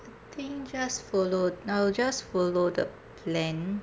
think just follow I'll just follow the plan